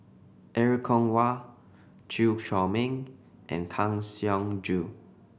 Er Kwong Wah Chew Chor Meng and Kang Siong Joo